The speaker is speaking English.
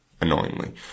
annoyingly